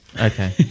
Okay